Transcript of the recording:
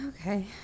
Okay